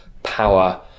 Power